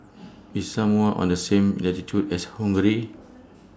IS Samoa on The same latitude as Hungary